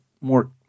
more